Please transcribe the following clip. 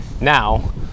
now